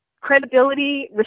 credibility